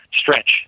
stretch